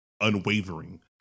unwavering